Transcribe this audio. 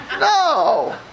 No